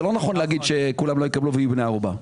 זה לא נכון להגיד שכולם לא יקבלו ויהיו בני ערובה.